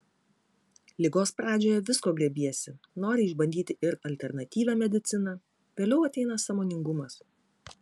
ligos pradžioje visko grėbiesi nori išbandyti ir alternatyvią mediciną vėliau ateina sąmoningumas